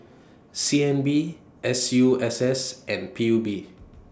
C N B S U S S and P U B